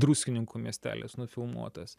druskininkų miestelis nufilmuotas